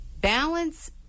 balance